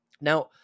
Now